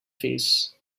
face